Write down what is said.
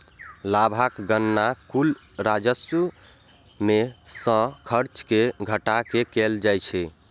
लाभक गणना कुल राजस्व मे सं खर्च कें घटा कें कैल जाइ छै